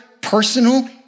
personal